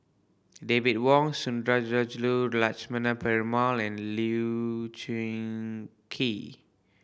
David Wong Sundarajulu Lakshmana Perumal and Lee Choon Kee